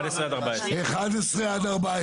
הצבעה בעד